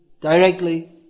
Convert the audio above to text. directly